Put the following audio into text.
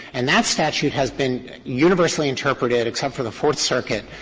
and that statute has been universally interpreted, except for the fourth circuit,